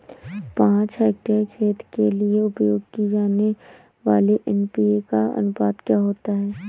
पाँच हेक्टेयर खेत के लिए उपयोग की जाने वाली एन.पी.के का अनुपात क्या होता है?